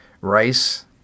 rice